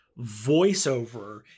voiceover